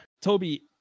Toby